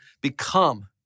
become